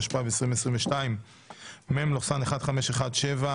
התשפ"ב-2022 (מ/1517).